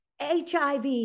HIV